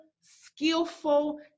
skillful